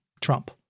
Trump